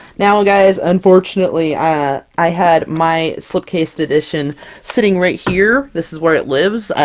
now guys, unfortunately, i i had my slip cased edition sitting right here, this is where it lives.